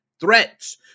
threats